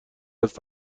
است